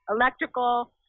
electrical